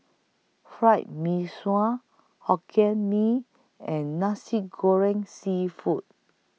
Fried Mee Sua Hokkien Mee and Nasi Goreng Seafood